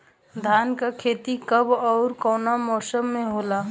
धान क खेती कब ओर कवना मौसम में होला?